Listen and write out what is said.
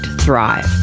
Thrive